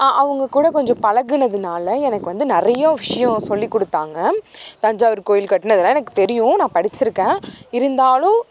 அவங்கக்கூட கொஞ்சம் பழகுனதுனால எனக்கு வந்து நிறையா விஷயம் சொல்லிக்கொடுத்தாங்க தஞ்சாவூர் கோயில் கட்டுனதெல்லாம் எனக்கு தெரியும் நான் படிச்சுருக்கேன் இருந்தாலும்